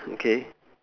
okay